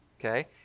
okay